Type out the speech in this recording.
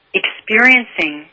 experiencing